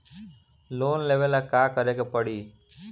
Loan लेवे ला का करे के पड़ी?